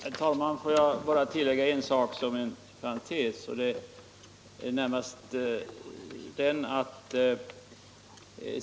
Herr talman! Får jag göra följande tillägg som en parentes.